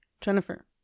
Jennifer